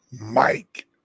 Mike